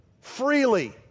freely